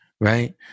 right